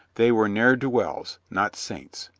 they were ne'er-do-wells, not saints.